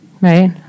right